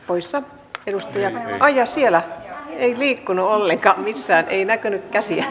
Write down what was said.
poissa kiusattujen a ja siellä ei liikunnalle kämpissä ei näkynyt käsillä